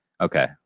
Okay